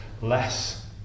less